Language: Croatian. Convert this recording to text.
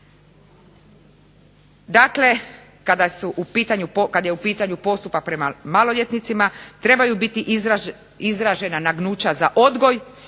Dakle, kada je u pitanju postupak prema maloljetnicima trebaju biti izražena nagnuća za odgoj,